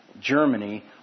Germany